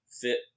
fit